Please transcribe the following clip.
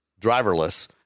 driverless